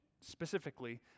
specifically